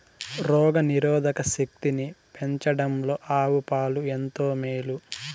రోగ నిరోధక శక్తిని పెంచడంలో ఆవు పాలు ఎంతో మేలు